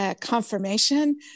confirmation